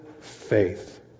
faith